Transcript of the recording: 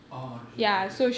orh mauritius okay